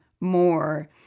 more